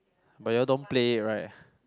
but you all don't play it right